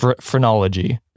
Phrenology